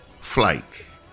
flights